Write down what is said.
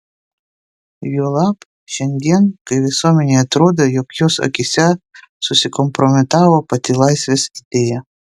juolab šiandien kai visuomenei atrodo jog jos akyse susikompromitavo pati laisvės idėja